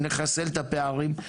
נחסל את הפערים,